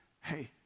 hey